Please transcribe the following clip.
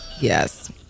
Yes